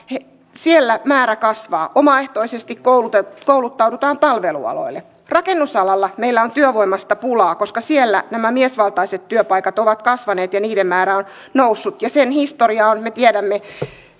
siellä määrä kasvaa omaehtoisesti kouluttaudutaan kouluttaudutaan palvelualoille rakennusalalla meillä on työvoimasta pulaa koska siellä nämä miesvaltaiset työpaikat ovat kasvaneet ja niiden määrä on noussut ja sen historia on me tiedämme